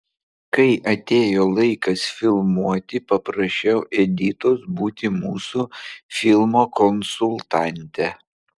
kai atėjo laikas filmuoti paprašiau editos būti mūsų filmo konsultante